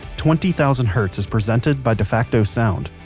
twenty thousand hertz is presented by defacto sound,